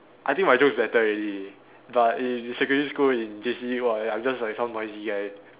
I think my joke is better already but in secondary school in J_C !wah! I'm just like some noisy guy